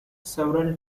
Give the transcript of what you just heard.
several